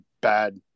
bad